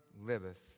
liveth